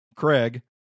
Craig